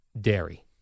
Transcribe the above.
dairy